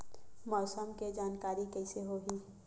मौसम के जानकारी कइसे होही?